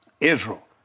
Israel